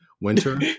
Winter